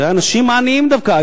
זה האנשים העניים דווקא,